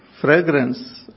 fragrance